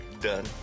Done